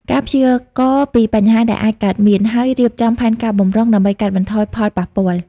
ការព្យាករណ៍ពីបញ្ហាដែលអាចកើតមាន ហើយរៀបចំផែនការបម្រុង ដើម្បីកាត់បន្ថយផលប៉ះពាល់។